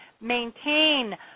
maintain